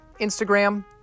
Instagram